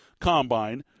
combine